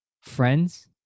Friends